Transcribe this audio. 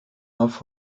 auf